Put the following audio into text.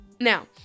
Now